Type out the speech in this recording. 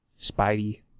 Spidey